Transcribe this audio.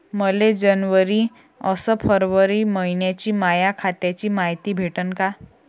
मले जनवरी अस फरवरी मइन्याची माया खात्याची मायती भेटन का?